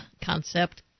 concept